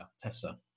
Tessa